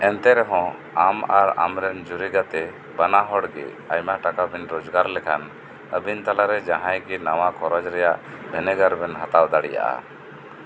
ᱮᱱᱛᱮ ᱨᱮᱦᱚᱸ ᱟᱢ ᱟᱨ ᱟᱢᱨᱮᱱ ᱡᱩᱨᱤ ᱜᱟᱛᱮ ᱵᱟᱱᱟ ᱦᱚᱲ ᱜᱮ ᱟᱭᱢᱟ ᱴᱟᱠᱟ ᱵᱮᱱ ᱨᱚᱡᱽᱜᱟᱨ ᱞᱮᱠᱷᱟᱱ ᱟᱵᱮᱱ ᱛᱟᱞᱟᱨᱮ ᱡᱟᱦᱟᱸᱭ ᱜᱮ ᱱᱟᱶᱟ ᱠᱷᱚᱨᱚᱪ ᱨᱮᱭᱟᱜ ᱵᱷᱮᱱᱮᱜᱟᱨ ᱵᱮᱱ ᱦᱟᱛᱟᱣ ᱫᱟᱲᱮᱭᱟᱜᱼᱟ